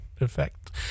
effect